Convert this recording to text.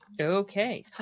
Okay